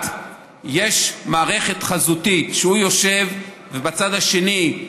באילת ויש מערכת חזותית, והוא יושב, ובצד השני,